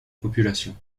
population